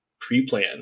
pre-plan